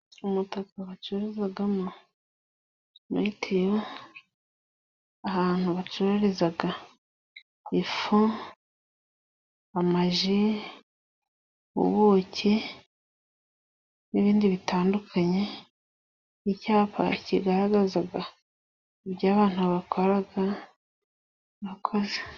Umutaka bacururizamo mitiyu ,ahantu bacururiza ifu, amaji, ubuki, n'ibindi bitandukanye, icyapa kigaragaza ibyo abantu bakora, murakoze.